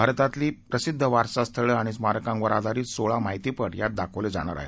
भारतातली प्रसिद्ध वारसा स्थळे आणि स्मारकांवर आधारित सोळा माहितीपट यात दाखवले जाणार आहेत